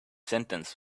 sentence